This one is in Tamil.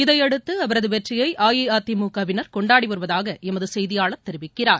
இதனையடுத்து அவரது வெற்றியை அஇஅதிமுக வினர் கொண்டாடி வருவதாக எமது செய்தியாளர் தெரிவிக்கிறார்